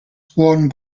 worn